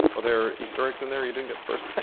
well they're historic and they're you didn't get the first